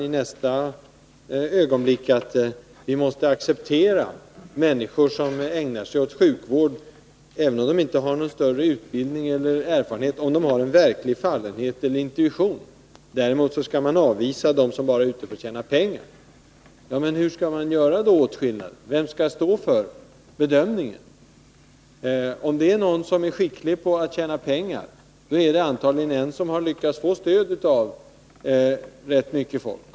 I nästa ögonblick säger han att vi måste acceptera människor som ägnar sig åt sjukvård, även om de inte har någon större utbildning eller erfarenhet, om de har en verklig fallenhet eller intuition. Däremot skall man avvisa dem som bara är ute för att tjäna pengar. Ja, men hur skall man då göra åtskillnad? Vem skall stå för bedömningen? Om någon är skicklig på att tjäna pengar är det antagligen en person som lyckats få stöd av rätt mycket folk.